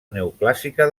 neoclàssica